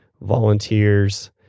volunteers